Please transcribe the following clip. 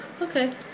Okay